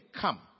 Come